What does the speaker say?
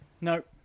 Nope